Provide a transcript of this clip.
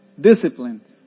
disciplines